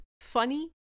funny